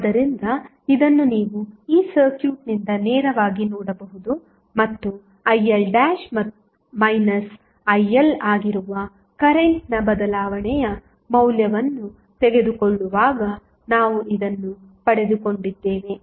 ಆದ್ದರಿಂದ ಇದನ್ನು ನೀವು ಈ ಸರ್ಕ್ಯೂಟ್ನಿಂದ ನೇರವಾಗಿ ನೋಡಬಹುದು ಮತ್ತು IL IL ಆಗಿರುವ ಕರೆಂಟ್ನ ಬದಲಾವಣೆಯ ಮೌಲ್ಯವನ್ನು ತೆಗೆದುಕೊಳ್ಳುವಾಗ ನಾವು ಇದನ್ನು ಪಡೆದುಕೊಂಡಿದ್ದೇವೆ